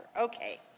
okay